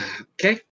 Okay